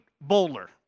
Bowler